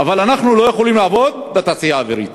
אבל אנחנו לא יכולים לעבוד בתעשייה האווירית.